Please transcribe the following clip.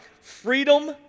Freedom